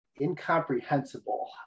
incomprehensible